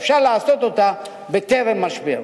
אפשר לעשות אותה בטרם משבר.